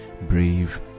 Brave